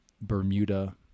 Bermuda